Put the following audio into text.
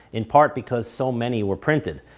in part because so many were printed,